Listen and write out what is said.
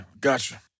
gotcha